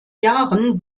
jahren